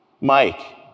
Mike